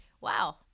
Wow